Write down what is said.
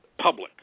public